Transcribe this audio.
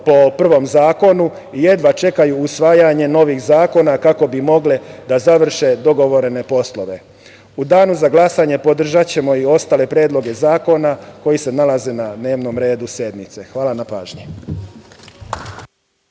po prvom zakonu jedva čekaju usvajanje novih zakona kako bi mogle da završe dogovorene poslove.U danu za glasanje podržaćemo i ostale predloge zakona koji se nalaze na dnevnom redu sednice. Hvala na pažnji.